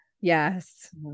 Yes